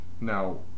Now